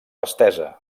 estesa